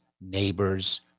neighbors